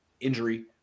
injury